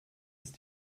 ist